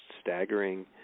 staggering